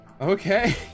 Okay